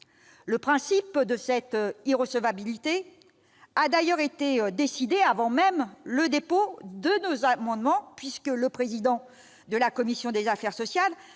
Le principe de cette irrecevabilité a d'ailleurs été décidé avant même le dépôt de nos amendements, puisque le président de la commission des affaires sociales